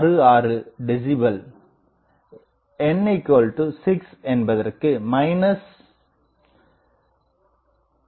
66 decibel n6 என்பதற்கு 9